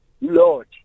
Lord